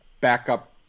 backup